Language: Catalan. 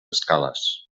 escales